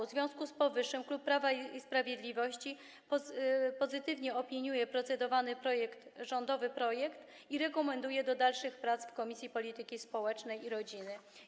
W związku z powyższym klub Prawa i Sprawiedliwości pozytywnie opiniuje procedowany rządowy projekt i rekomenduje do dalszych prac w Komisji Polityki Społecznej i Rodziny.